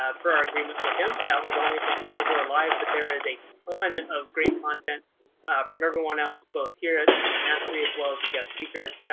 ah for our agreement with him that was only for people who are live. but there is a ton of great content from everyone else, both here at semantic mastery as well as the guest speakers,